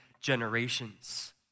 generations